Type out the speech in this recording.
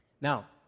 Now